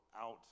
out